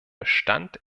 bestand